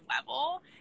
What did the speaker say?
level